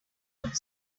could